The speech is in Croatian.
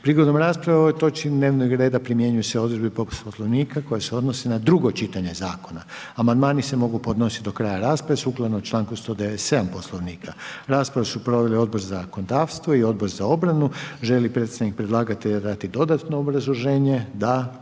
Prigodom rasprave o ovoj točki dnevnog reda primjenjuju se odredbe Poslovnika koje se odnose na drugo čitanje zakona. Amandmani se mogu podnosit do kraja rasprave sukladno članku 197 Poslovnika. Raspravu su proveli Odbor za zakonodavstvo i Odbor za obranu. Želi li predstavnik predlagatelja dati dodatno obrazloženje? Da.